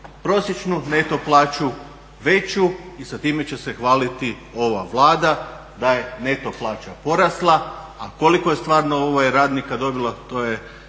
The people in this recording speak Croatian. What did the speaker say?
prosječnu neto plaću veću i sa time će se hvaliti ova Vlada da je neto plaća porasla. A koliko je stvarno radnika dobilo to je